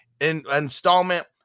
installment